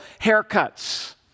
haircuts